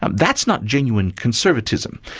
um that's not genuine conservatism.